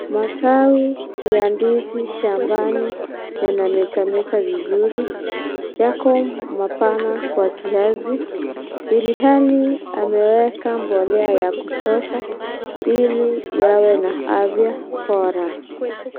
Matawi ya ndizi shambani yanametameta vizuri, yako mapana kwa kiasi ilhali ameweka mbolea ya akutosha ili yawe na afya bora.